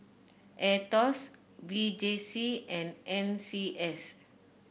Aetos V J C and N C S